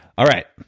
all right,